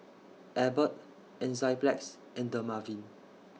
Abbott Enzyplex and Dermaveen